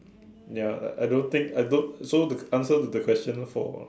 ya I I don't think I don't so the answer to the question for